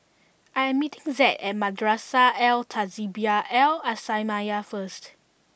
I am meeting Zed at Madrasah Al Tahzibiah Al islamiah first